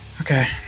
Okay